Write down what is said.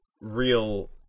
real